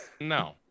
No